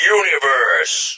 universe